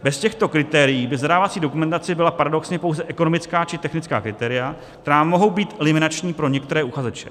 Bez těchto kritérií by v zadávací dokumentaci byla paradoxně pouze ekonomická či technická kritéria, která mohou být eliminační pro některé uchazeče.